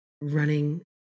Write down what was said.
running